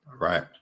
Right